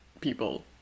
people